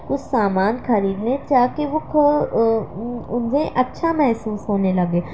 کچھ سامان خرید لیں تا کہ وہ وہ اچّھا محسوس ہونے لگے